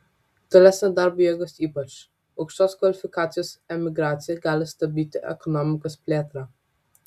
tolesnė darbo jėgos ypač aukštos kvalifikacijos emigracija gali stabdyti ekonomikos plėtrą